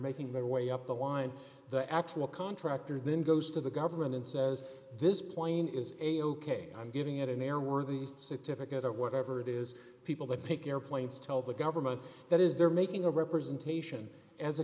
making their way up the line the actual contractor then goes to the government and says this plane is a ok i'm giving it an airworthiness certificate or whatever it is people that pick airplanes tell the government that is they're making a representation as a